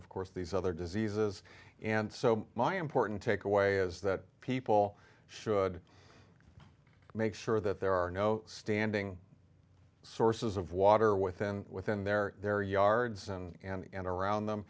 of course these other diseases and so my important takeaway is that people should make sure that there are no standing sources of water within within their their yards and around them